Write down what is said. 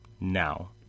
now